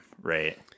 right